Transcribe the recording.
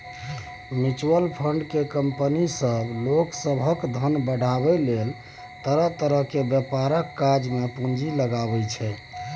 mutual fund केँ company सब लोक सभक धन बढ़ाबै लेल तरह तरह के व्यापारक काज मे पूंजी लगाबै छै